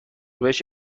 بهش